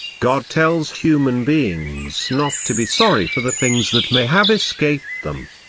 god tells human beings not to be sorry for the things that may have escaped them.